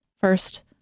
first